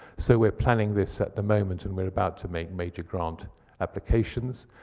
so we're planning this at the moment, and we're about to make major grant applications.